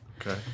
Okay